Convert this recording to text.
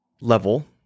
level